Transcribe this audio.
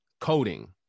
coding